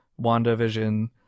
WandaVision